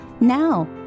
now